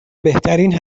بهترین